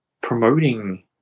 promoting